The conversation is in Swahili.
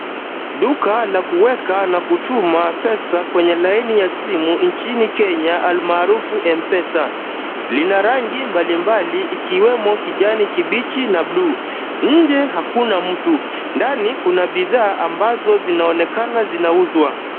Duka la kuweka na kutuma pesa kwenye laini ya simu nchini Kenya almaarufu M-Pesa. Lina rangi mbalimbali ikiwemo kijani kibichi na buluu. Nje hakuna mtu. Ndani kuna bidhaa ambazo zinaonekana zinauzwa.